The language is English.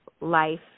life